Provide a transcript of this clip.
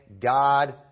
God